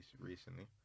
recently